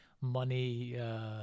money